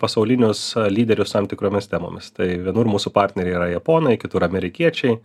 pasaulinius lyderius tam tikromis temomis tai vienur mūsų partneriai yra japonai kitur amerikiečiai